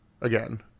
again